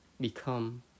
become